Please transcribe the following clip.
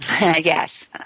Yes